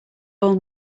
all